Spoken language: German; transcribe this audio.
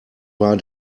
war